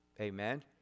Amen